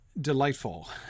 delightful